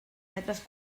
metres